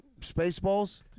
Spaceballs